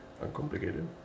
uncomplicated